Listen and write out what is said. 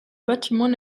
bâtiments